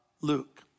Luke